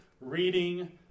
reading